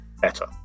better